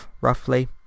roughly